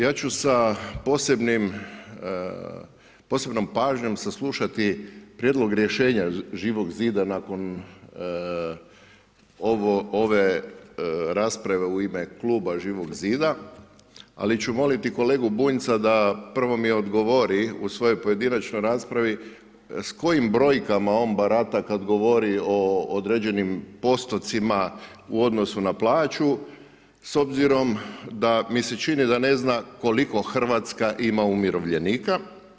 Ja ću sa posebnom pažnjom saslušati prijedlog rješenja Živog zida nakon ove rasprave u ime kluba Živog zida ali ću moliti kolegu Bunjca da prvo mi odgovori u svojoj pojedinačnoj raspravi s kojim brojkama on barata kada govori o određenim postocima u odnosu na plaću s obzirom da mi se čini da ne zna koliko Hrvatska ima umirovljenika.